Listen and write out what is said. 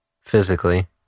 physically